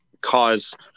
cause